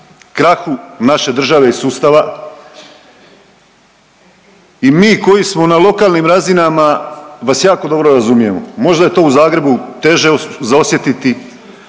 krahu naše države i sustava i mi koji smo na lokalnim razinama vas jako dobro razumijemo. Možda je to u Zagrebu teže za osjetiti,